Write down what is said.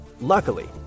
Luckily